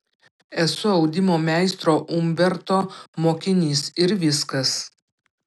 esu audimo meistro umberto mokinys ir viskas